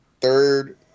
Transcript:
Third